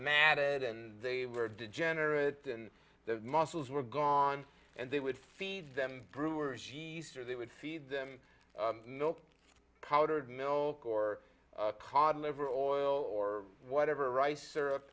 matted and they were degenerate and the muscles were gone and they would feed them brewer's yeast or they would feed them milk powdered milk or cod liver oil or whatever rice syrup